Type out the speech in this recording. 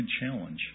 challenge